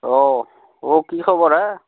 অঁ অ' কি খবৰ হে